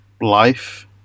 life